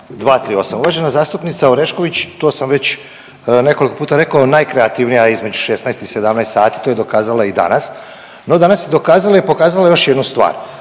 238., uvažena zastupnica Orešković, to sam već nekoliko puta rekao, najkreativnija je između 16 i 17 sati, to je dokazala i danas. No danas je dokazala i pokazala još jednu stvar,